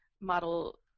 model